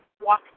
walk